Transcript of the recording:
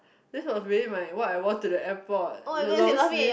this was really my what I wore to the airport the long sleeve